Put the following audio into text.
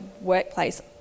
workplace